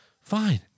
fine